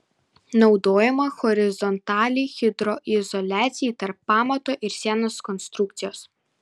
naudojama horizontaliai hidroizoliacijai tarp pamato ir sienos konstrukcijos